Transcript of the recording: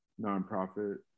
nonprofit